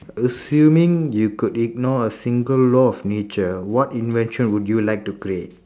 assuming you could ignore a single law of nature what invention would you like to create